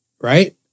Right